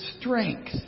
strength